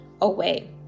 away